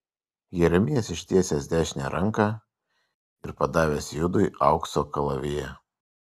jeremijas ištiesęs dešinę ranką ir padavęs judui aukso kalaviją